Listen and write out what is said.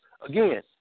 again